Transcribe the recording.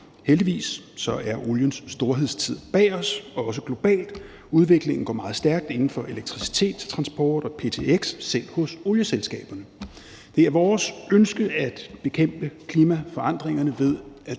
Heldigvis er oliens storhedstid bag os, også globalt. Udviklingen går meget stærkt inden for elektricitet, transport og ptx, selv hos olieselskaberne. Det er vores ønske at bekæmpe klimaforandringerne ved